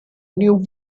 new